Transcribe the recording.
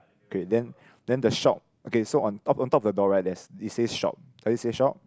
okay then then the shop okay so on of on top of the door right there's it says shop does it say shop